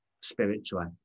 spiritually